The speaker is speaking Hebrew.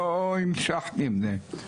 לא המשכתי עם זה.